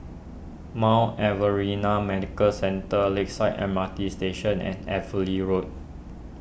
Mount Alvernia Medical Centre Lakeside M R T Station and Evelyn Road